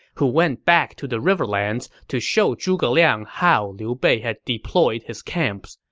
who went back to the riverlands to show zhuge liang how liu bei had deployed his camps.